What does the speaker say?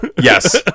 Yes